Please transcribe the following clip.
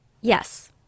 Yes